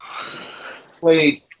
played